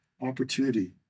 opportunity